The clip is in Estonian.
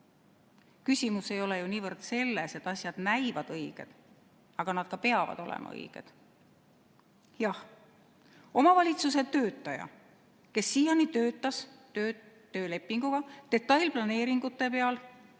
Küsimus ei ole ju niivõrd selles, et asjad näivad õiged, aga nad peavad ka olema õiged. Jah, omavalitsuse töötaja, kes siiani töötas töölepinguga detailplaneeringute alal,